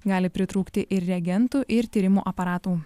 gali pritrūkti ir reagentų ir tyrimo aparatų